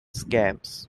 scams